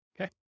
Okay